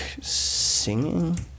singing